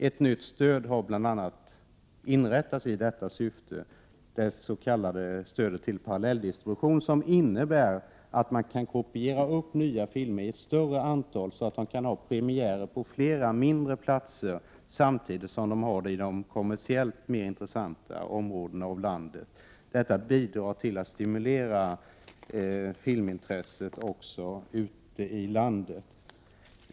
Ett nytt stöd har inrättats i bl.a. detta syfte, det s.k. stödet till parallelldistribution, som innebär att man kan göra ett större antal kopior av nya filmer så att man kan ha premiär på flera mindre platser samtidigt som man har det i de kommersiellt mer intressanta områdena av landet. Detta bidrar till att stimulera filmintresset också ute i landet.